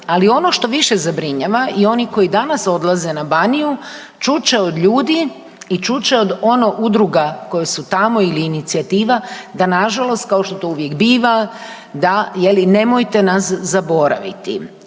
Ali, ono što je više zabrinjava i oni koji danas odlaze na Baniju čut će od ljudi i čut će od ono udruga koje su tamo ili od inicijativa, da nažalost kao što to uvijek biva, da, je li, nemojte nas zaboraviti.